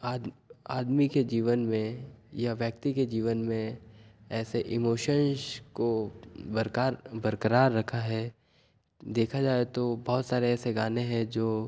आदमी आदमी के जीवन में या व्यक्ति के जीवन में ऐसे इमोशन्स को बरकार बरकरार रखा है देखा जाए तो बहुत सारे ऐसे गाने हैं जो